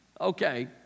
Okay